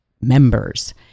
members